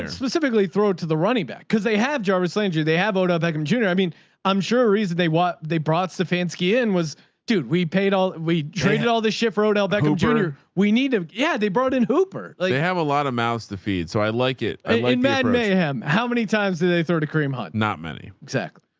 and specifically throw it to the running back. cause they have jarvis landry. they have odell beckham jr. i mean i'm sure reason they want, they brought stefanski in was dude, we paid all. we traded all the shit for odell beckham jr. we need them. ah yeah. they brought in hooper like they have a lot of mouths to feed. so i like it. i like mad mayhem. how many times did they throw to kareem hunt? not many. exactly.